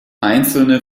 einzelne